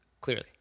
clearly